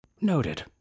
Noted